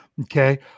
Okay